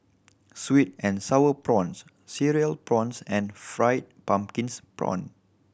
sweet and Sour Prawns Cereal Prawns and fried pumpkins prawn